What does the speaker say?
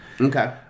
Okay